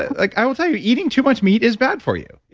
ah like i will tell you, eating too much meat is bad for you.